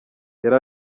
yari